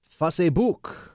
Facebook